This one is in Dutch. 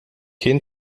geen